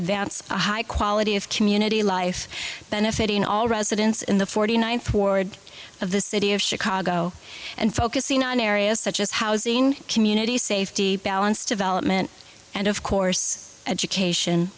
advance a high quality of community life benefiting all residents in the forty ninth ward of the city of chicago and focusing on areas such as housing community safety balanced development and of course education